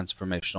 transformational